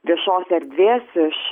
viešos erdvės iš